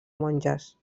monges